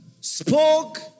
spoke